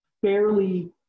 fairly